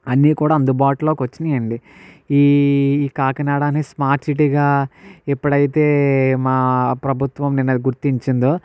అన్నీ కూడా అందుబాటులోకి వచ్చాయండి ఈ కాకినాడని స్మార్ట్ సిటీగా ఎప్పుడైతే మా ప్రభుత్వం నిన్ అది గుర్తించిందో